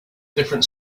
different